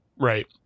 Right